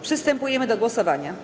Przystępujemy do głosowania.